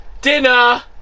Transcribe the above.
dinner